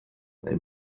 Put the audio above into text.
bei